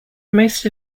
most